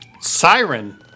siren